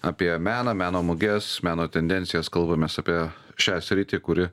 apie meną meno muges meno tendencijas kalbamės apie šią sritį kuri